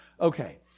Okay